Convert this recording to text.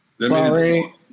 Sorry